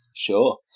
Sure